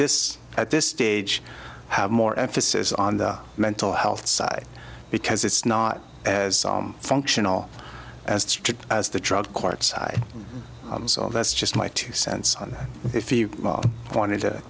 this at this stage have more emphasis on the mental health side because it's not as functional as strict as the drug courts that's just my two cents on that if you wanted to